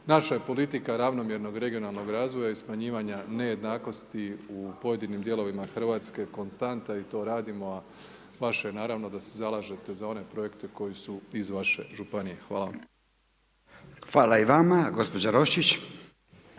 naša je politika ravnomjernog regionalnog razvoja i smanjivanja nejednakosti u pojedinim dijelovima RH, konstanta i to radimo, a vaše je naravno da se zalažete za one projekte koji su iz vaše županije. Hvala vam. **Radin,